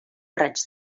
raig